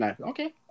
Okay